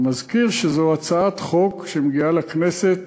אני מזכיר שזו הצעת חוק שמגיעה לכנסת.